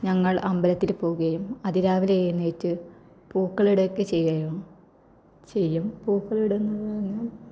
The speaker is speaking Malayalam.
ഞങ്ങൾ അമ്പലത്തിൽ പോവുകയും അതിരാവിലെ എഴുന്നേറ്റ് പൂക്കളം ഇടുകയൊക്കെ ചെയ്യുമായിരുന്നു ചെയ്യും പൂക്കളം ഇടുന്നതാണ്